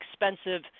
expensive